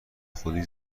خودی